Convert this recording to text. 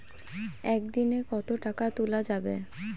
একদিন এ কতো টাকা তুলা যাবে?